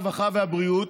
הרווחה והבריאות,